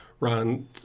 Ron